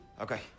Okay